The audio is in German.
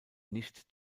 nicht